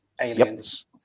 aliens